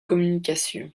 communication